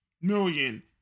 million